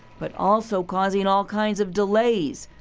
but also causing all kinds of delays.